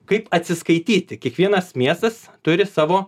kaip atsiskaityti kiekvienas miestas turi savo